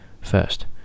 First